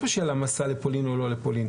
פה שאלה: המסע לפולין או לא לפולין.